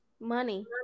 Money